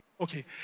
Okay